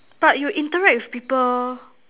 but you interact with people